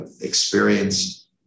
experience